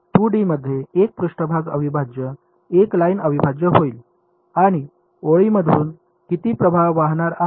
2 D मध्ये एक पृष्ठभाग अविभाज्य एक लाइन अविभाज्य होईल आणि ओळीमधून किती प्रवाह वाहणार आहे